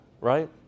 Right